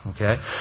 Okay